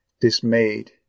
dismayed